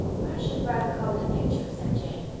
i should rather call it a picture, said jane.